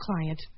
client